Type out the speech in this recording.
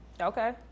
Okay